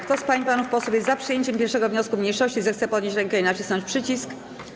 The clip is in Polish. Kto z pań i panów posłów jest za przyjęciem 1. wniosku mniejszości, zechce podnieść rękę i nacisnąć przycisk.